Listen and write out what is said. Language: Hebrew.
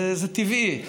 זה טבעי.